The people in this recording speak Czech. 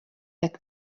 tak